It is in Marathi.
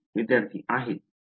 विद्यार्थीः आहे